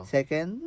Second